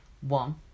One